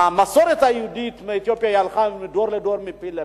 המסורת היהודית באתיופיה הלכה מדור לדור ומפה לפה,